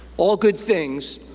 all good things,